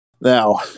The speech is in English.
now